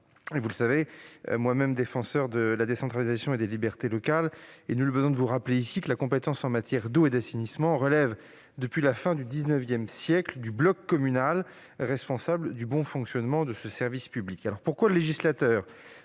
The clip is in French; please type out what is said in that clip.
un fervent défenseur de la décentralisation et des libertés locales. Je n'ai nul besoin de vous le rappeler ici : la compétence en matière d'eau et d'assainissement relève depuis la fin du XIXsiècle du bloc communal, responsable du bon fonctionnement de ce service. Pourquoi le législateur